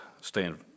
stand